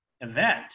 event